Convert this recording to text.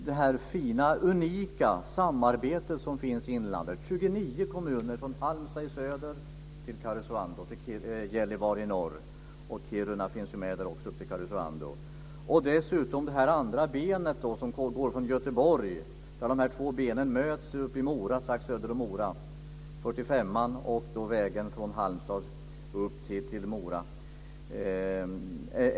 Det finns ett fint och unikt samarbete i inlandet i 29 kommuner från Halmstad i söder till Gällivare i norr, och Kiruna finns också med upp till Karesuando. Dessutom finns det andra benet som går från Göteborg. De två benen möts strax söder om Mora. Det är väg 45 och vägen från Halmstad upp till Mora.